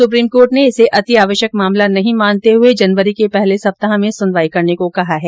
supreme court ने इसे अति आवश्यक मामला नहीं मानते हुए जनवरी के पहले सप्ताह में सुनवाई करने को कहा है